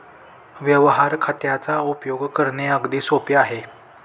व्यवहार खात्याचा उपयोग करणे अगदी सोपे आहे